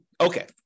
Okay